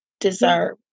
deserve